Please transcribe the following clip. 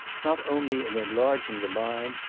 not only in enlarging the mind,